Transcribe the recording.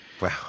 Wow